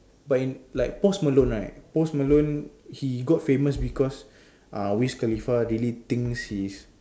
but in like post Malone right post Malone he got famous because uh Wiz Khalifa really think his